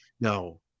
no